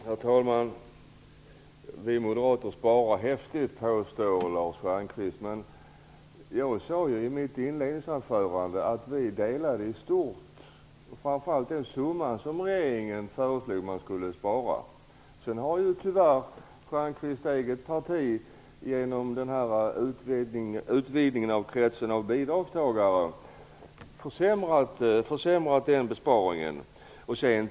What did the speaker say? Herr talman! Vi moderater vill genomföra häftiga besparingar, påstår Lars Stjernkvist. Men jag sade i mitt inlägg att vi instämde i stort i den summa som regeringen föreslog skulle sparas. Sedan har tyvärr Lars Stjernkvists parti genom utvidgningen av kretsen av bidragstagare försämrat den besparingen. Herr talman!